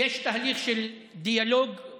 יישוב מודרני יותר.